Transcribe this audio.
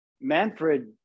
Manfred